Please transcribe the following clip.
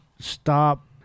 Stop